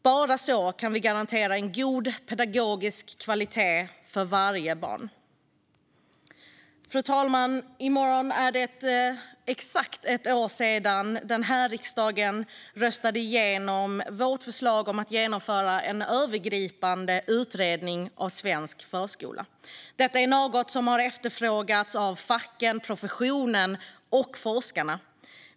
Bara så kan vi garantera en god pedagogisk kvalitet för varje barn. Fru talman! I morgon är det exakt ett år sedan den här riksdagen röstade igenom vårt förslag om att genomföra en övergripande utredning av svensk förskola. Detta är något som har efterfrågats av facken, professionen och forskarna.